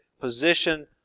position